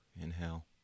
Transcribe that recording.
Inhale